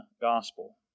gospel